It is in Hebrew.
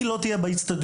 היא לא תהיה באצטדיונים.